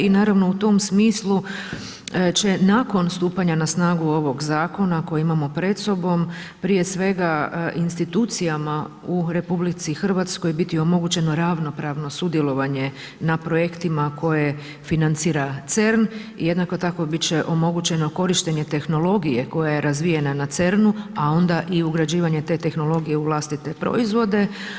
I naravno u tom smislu će nakon stupanja na snagu ovog zakona koji imamo pred sobom, prije svega institucijama u RH biti omogućeno ravnopravno sudjelovanje na projektima koje financira CERN i jednako tako biti će omogućeno korištenje tehnologije koja je razvijena na CERN-u a onda i ugrađivanje te tehnologije u vlastite proizvode.